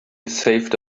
saved